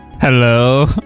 Hello